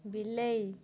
ବିଲେଇ